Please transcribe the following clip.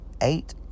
eight